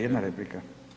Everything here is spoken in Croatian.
Jedna replika?